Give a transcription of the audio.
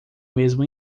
mesmo